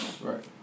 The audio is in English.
Right